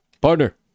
Partner